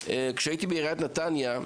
כשהייתי בעיריית נתניה,